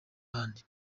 ahandi